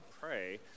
pray